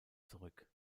zurück